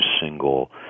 single